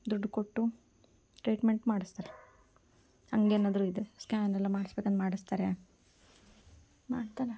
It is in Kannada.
ದುಡ್ಡು ಕೊಟ್ಟು ಟ್ರೀಟ್ಮೆಂಟ್ ಮಾಡಿಸ್ತಾರೆ ಹಾಗೇನಾದ್ರೂ ಇದ್ದರೆ ಸ್ಕ್ಯಾನೆಲ್ಲ ಮಾಡ್ಸ್ಬೇಕಂದ್ರೆ ಮಾಡಿಸ್ತಾರೆ ಮಾಡ್ತಾರೆ